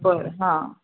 बरं हां